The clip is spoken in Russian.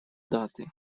даты